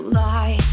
lie